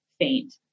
faint